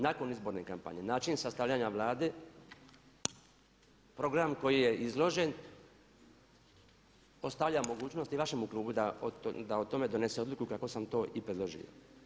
Nakon izborne kampanje način sastavljanja Vlade program koji je izložen ostavlja mogućnost i vašemu klubu da o tome donese odluku kako sam to i predložio.